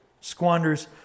squanders